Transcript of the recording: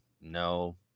no